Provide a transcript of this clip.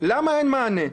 למה אין מענה?